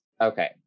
Okay